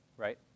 Right